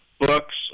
books